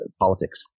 politics